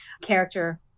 character